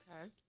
Okay